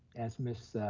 as ms.